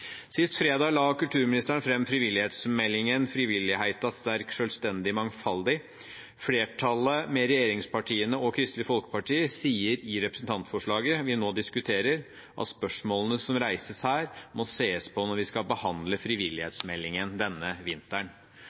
Sist fredag la kulturministeren fram frivillighetsmeldingen Frivilligheita – sterk, sjølvstendig, mangfaldig. Flertallet – med regjeringspartiene og Kristelig Folkeparti – sier i forbindelse med representantforslaget vi nå diskuterer, at spørsmålene som reises her, må sees på når vi skal behandle frivillighetsmeldingen denne vinteren.